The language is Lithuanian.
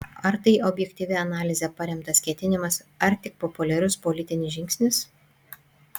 ar tai objektyvia analize paremtas ketinimas ar tik populiarus politinis žingsnis